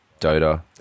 Dota